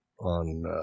on